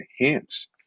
enhance